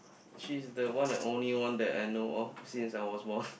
she's the one and only one that I know of since I was small